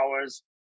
hours